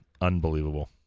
Unbelievable